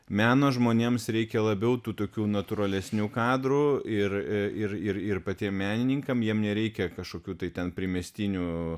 meno žmonėms reikia labiau tokių natūralesnių kadrų ir ir patiems menininkam jiem nereikia kažkokių tai ten primestinių